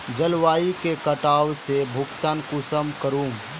जलवायु के कटाव से भुगतान कुंसम करूम?